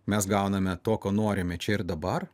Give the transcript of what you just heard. mes gauname to ko norime čia ir dabar